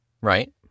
Right